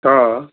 अँ